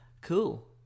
cool